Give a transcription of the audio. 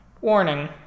Warning